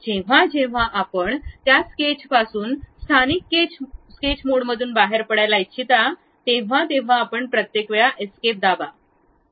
जेव्हा जेव्हा आपण त्या स्केचपासून स्थानिक स्केच मोडमधून बाहेर पडायला इच्छिता तेव्हा आपण कित्येक वेळा एस्केप दाबा